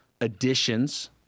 additions